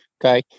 Okay